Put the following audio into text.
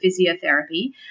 physiotherapy